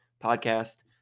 podcast